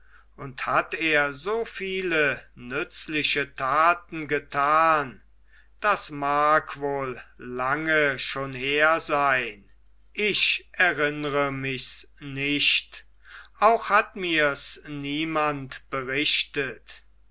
und hat er so viele nützliche taten getan das mag wohl lange schon her sein ich erinnre michs nicht auch hat mirs niemand berichtet